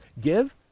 Give